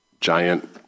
giant